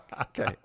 Okay